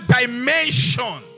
dimension